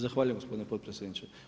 Zahvaljujem gospodine potpredsjedniče.